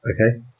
Okay